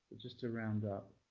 just to round up,